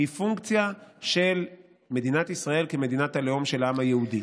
היא פונקציה של מדינת ישראל כמדינת הלאום של העם היהודי.